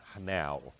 now